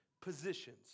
positions